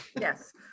Yes